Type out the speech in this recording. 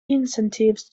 incentives